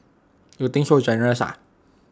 you think so generous ah